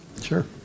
Sure